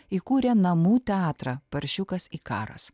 įkūrė namų teatrą paršiukas ikaras